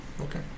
Okay